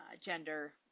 gender